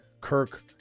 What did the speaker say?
Kirk